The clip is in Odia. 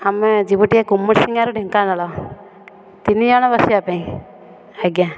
ଆମେ ଯିବୁ ଟିକିଏ କୁମୁରିସିଆଁରୁ ଢ଼େଙ୍କାନାଳ ତିନିଜଣ ବସିବାପାଇଁ ଆଜ୍ଞା